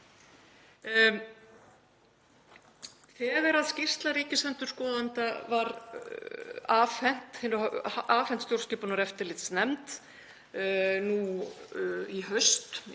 Þegar skýrsla ríkisendurskoðanda var afhent stjórnskipunar- og eftirlitsnefnd nú í haust,